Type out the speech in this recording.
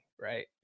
right